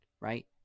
right